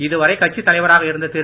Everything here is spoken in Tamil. இதுவரைக் கட்சித் தலைவராக இருந்த திரு